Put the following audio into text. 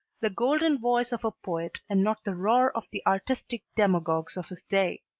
the golden voice of a poet and not the roar of the artistic demagogues of his day.